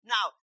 Now